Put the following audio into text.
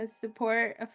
support